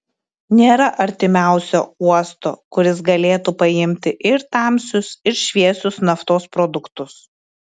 nėra artimiausio uosto kuris galėtų paimti ir tamsius ir šviesius naftos produktus